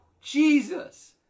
Jesus